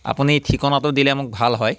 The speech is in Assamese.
আপুনি ঠিকনাটো দিলে মোক ভাল হয়